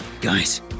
guys